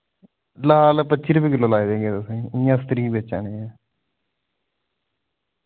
लाल पच्ची रपे किल्लो लाई देगे तुसें इ'य्यां अस त्री बेचा ने